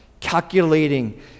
calculating